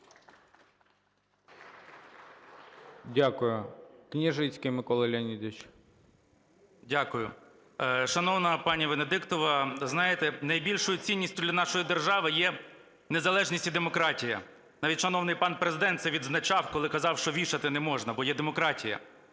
Дякую. Княжицький Микола Леонідович. 09:31:40 КНЯЖИЦЬКИЙ М.Л. Шановна пані Венедіктова, знаєте, найбільшою цінністю для нашої держави є незалежність і демократія. Навіть шановний пан Президент це відзначав, коли казав, що вішати не можна, бо є демократія.